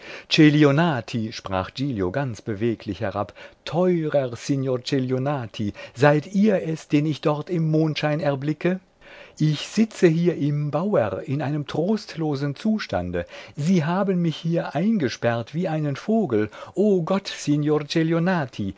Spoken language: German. sprach giglio ganz beweglich herab teurer signor celionati seid ihr es den ich dort im mondschein erblicke ich sitze hier im bauer in einem trostlosen zustande sie haben mich hier eingesperrt wie einen vogel o gott